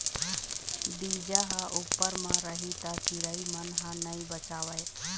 बीजा ह उप्पर म रही त चिरई मन ह नइ बचावय